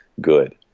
good